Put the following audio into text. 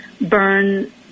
burn